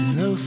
no